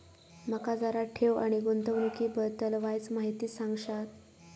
माका जरा ठेव आणि गुंतवणूकी बद्दल वायचं माहिती सांगशात?